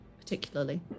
particularly